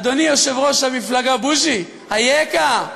אדוני יושב-ראש המפלגה בוז'י, אייכה?